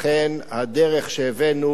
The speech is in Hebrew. לכן הדרך שהבאנו,